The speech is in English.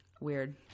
weird